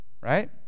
Right